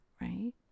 right